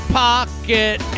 pocket